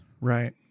Right